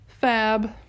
Fab